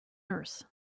nurse